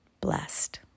blessed